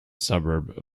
suburb